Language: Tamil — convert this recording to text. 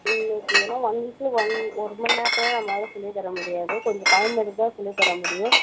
ம் ஓகே ஏனால் ஒன் வீக்கில் ஒன் ஒரு மணி நேரத்தில் நம்பளால் சொல்லித்தர முடியாது கொஞ்சம் டைம் எடுத்து தான் சொல்லித்தர முடியும்